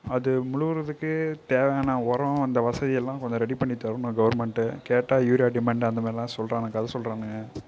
அது முழுகுறதுக்கு தேவையான உரோம் அந்த வசதி எல்லாம் கொஞ்சம் ரெடி பண்ணி தரணும் கவுர்மெண்ட்டு கேட்டா யூரியா டிமாண்ட் அந்த மாதிரிலாம் சொல்லுறாங்க கதை சொல்லுறானுங்க